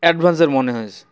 adventure মনে হয়েছে